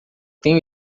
tenho